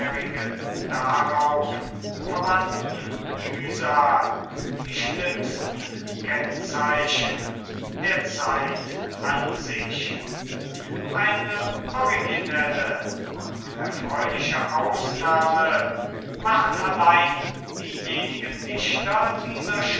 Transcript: darauf verwandten mühsal die schlimmsten kennzeichen der zeit an sich eine originelle und erfreuliche ausnahme machen allein diejenigen dichter dieser